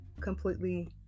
Completely